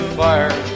fire